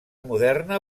moderna